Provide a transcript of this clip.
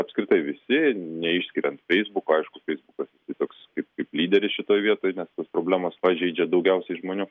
apskritai visi neišskiriant feisbuko aišku feisbukas jisai toks kaip kaip lyderis šitoj vietoj nes tos problemos pažeidžia daugiausiai žmonių